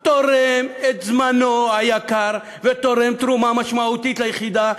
תורם את זמנו היקר ותורם תרומה משמעותית ליחידה,